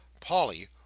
Polly